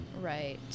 Right